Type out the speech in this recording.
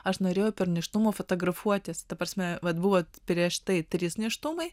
aš norėjau per nėštumą fotografuotis ta prasme vat buvo prieš tai trys nėštumai